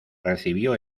recibió